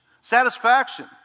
satisfaction